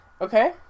Okay